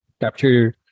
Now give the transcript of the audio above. capture